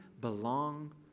belong